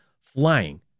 flying